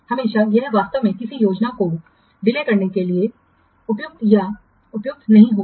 हमेशा यह वास्तव में किसी योजना को बाधित करने के लिए उपयुक्त या उपयुक्त नहीं होता है